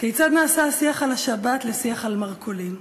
כיצד נעשה השיח על השבת לשיח על מרכולים,